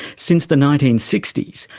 since the nineteen sixty s,